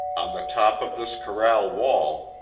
on the top of this corral wall,